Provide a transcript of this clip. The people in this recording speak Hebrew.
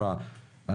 אחר כך בונים,